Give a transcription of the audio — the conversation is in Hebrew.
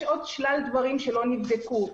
יש עוד שלל דברים שלא נבדקו.